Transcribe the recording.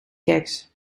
geks